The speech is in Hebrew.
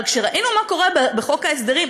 אבל כשראינו מה קורה בחוק ההסדרים,